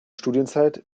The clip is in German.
studienzeit